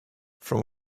from